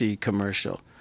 commercial